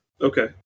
Okay